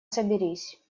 соберись